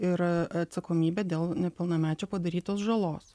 ir atsakomybė dėl nepilnamečio padarytos žalos